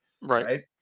right